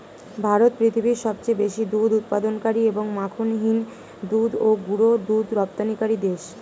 ভারত পৃথিবীর সবচেয়ে বেশি দুধ উৎপাদনকারী এবং মাখনহীন দুধ ও গুঁড়ো দুধ রপ্তানিকারী দেশ